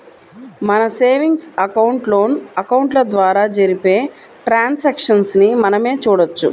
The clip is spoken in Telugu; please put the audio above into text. మన సేవింగ్స్ అకౌంట్, లోన్ అకౌంట్ల ద్వారా జరిపే ట్రాన్సాక్షన్స్ ని మనమే చూడొచ్చు